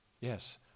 Yes